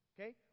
okay